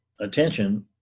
attention